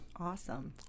Awesome